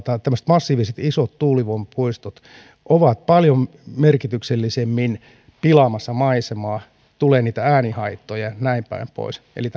tämmöiset massiiviset isot tuulivoimapuistot ovat paljon merkityksellisemmin pilaamassa maisemaa tulee niitä äänihaittoja ja näinpäin pois eli